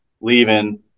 leaving